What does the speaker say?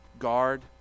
guard